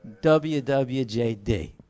WWJD